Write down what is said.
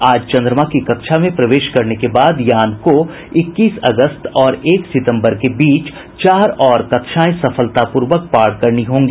आज चंद्रमा की कक्षा में प्रवेश करने के बाद यान को इक्कीस अगस्त और एक सितम्बर के बीच चार और कक्षाएं सफलता पूर्वक पार करनी होंगी